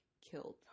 killed